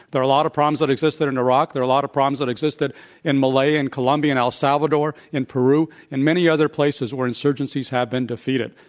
there are a lot of problems that existed in iraq. there are a lot of problems that existed in malay and colombia and el salvador, in peru and many other places where insurgencies have been defeated.